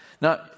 Now